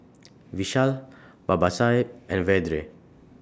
Vishal Babasaheb and Vedre